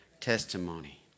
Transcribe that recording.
testimony